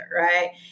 right